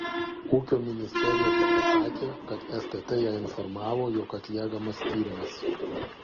ūkio ministerija tepasakė kad stt ją informavo jog atliekamas tyrimas